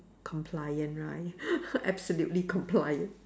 compliant right absolutely compliant